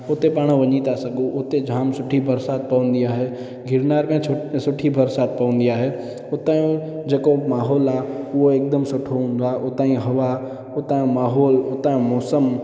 उते पाण वञी था सघूं उते जाम सुठी बरसाति पवंदी आहे गिरनार में सुठी बरसाति पवंदी आहे उतां जो जेको माहौल आहे उहो एकदम सुठो हूंदो आहे उतां जी हवा उतां जो माहौल उतां जो मौसम